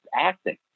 acting